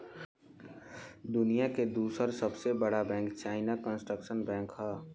दुनिया के दूसर सबसे बड़का बैंक चाइना कंस्ट्रक्शन बैंक ह